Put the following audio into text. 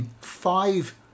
five